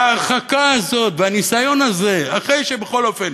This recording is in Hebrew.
וההרחקה הזאת והניסיון הזה, אחרי שבכל אופן